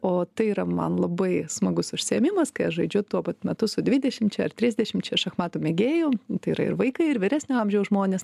o tai yra man labai smagus užsiėmimas kai aš žaidžiu tuo pat metu su dvidešimčia ar trisdešimčia šachmatų mėgėjų tai yra ir vaikai ir vyresnio amžiaus žmonės